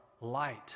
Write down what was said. light